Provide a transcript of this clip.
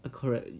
the correct